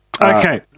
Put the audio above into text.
Okay